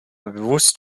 bewusst